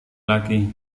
laki